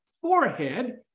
forehead